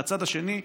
מהצד השני,